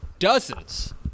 Dozens